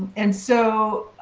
and so,